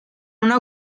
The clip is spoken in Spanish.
una